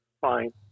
fine